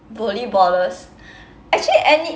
volleyballers actually any